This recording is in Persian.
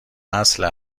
اصل